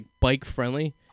bike-friendly